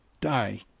die